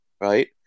right